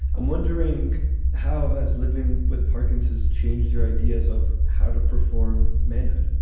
i'm wondering how has living with parkinson's changed your ideas of how to perform manhood?